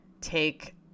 take